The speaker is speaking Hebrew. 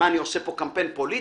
מה, אני עושה פה קמפיין פוליטי?